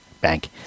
Bank